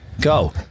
Go